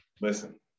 Listen